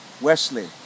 Wesley